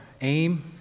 aim